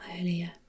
earlier